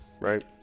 right